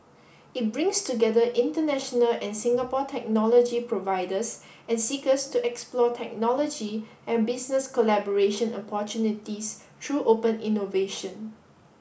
it brings together international and Singapore technology providers and seekers to explore technology and business collaboration opportunities through open innovation